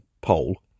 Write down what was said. poll